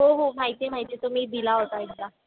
हो हो माहिती आहे माहिती आहे तुम्ही दिला होता एकदा